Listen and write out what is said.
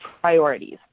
priorities